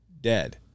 Dead